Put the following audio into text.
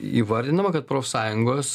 įvardinama kad profsąjungos